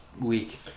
week